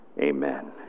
Amen